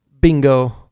bingo